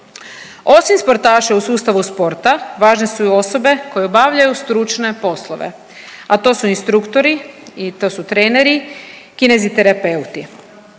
Osim sportaša u sustavu sporta važne su i osobe koje obavljaju stručne poslove, a to su instruktori i to su treneri kineziterapeuti.